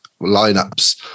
lineups